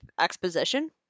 exposition